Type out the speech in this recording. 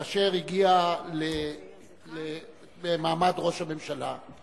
כאשר הגיע למעמד ראש הממשלה,